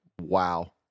wow